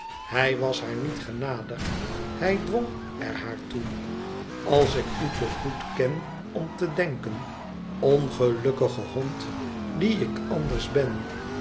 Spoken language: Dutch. hij was haar niet genadig hij dwong er haar toe als ik u te goed ken om te denken ongelukkige hond die ik anders ben